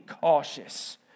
cautious